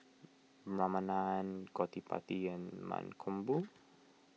Ramanand Gottipati and Mankombu